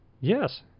yes